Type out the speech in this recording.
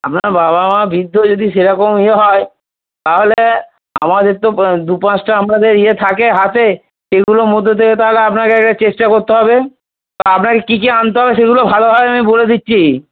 আপনার বাবা মা বৃদ্ধ যদি সেরকম ইয়ে হয় তাহলে আমাদের তো দু পাঁচটা আপনাদের ইয়ে থাকে হাতে সেগুলোর মধ্যে থেকে তাহলে আপনাকে আগে চেষ্টা করতে হবে আপনাকে কি কি আনতে হবে সেগুলো ভালোভাবে আমি বলে দিচ্ছি